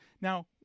Now